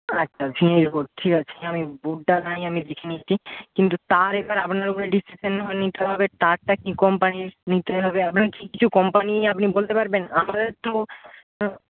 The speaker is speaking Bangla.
আচ্ছা ভিনিল বোর্ড ঠিক আছে আমি বোর্ডটা না হয় আমি দেখে নিচ্ছি কিন্তু তার এবার আপনার উপরে ডিসিশান নিতে হবে তারটা কী কোম্পানির নিতে হবে আপনি কি কিছু কোম্পানি আপনি বলতে পারবেন আমাদের তো